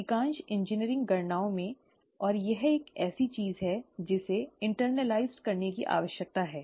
अधिकांश इंजीनियरिंग गणनाओं में और यह एक ऐसी चीज है जिसे इन्टरनॅलिज करने की आवश्यकता है